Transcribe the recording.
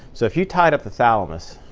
so if you tied up the thalamus,